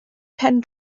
pen